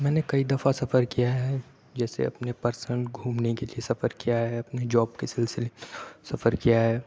میں نے کئی دفعہ سفر کیا ہے جیسے اپنے پرسنل گھومنے کے لیے سفر کیا ہے اپنی جاب کے سلسلے سفر کیا ہے